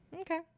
okay